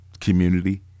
community